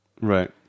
right